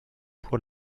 pour